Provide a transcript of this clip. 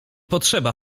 potrzeba